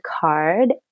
card